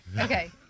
Okay